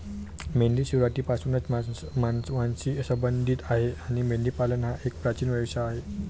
मेंढी सुरुवातीपासूनच मानवांशी संबंधित आहे आणि मेंढीपालन हा एक प्राचीन व्यवसाय आहे